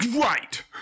Right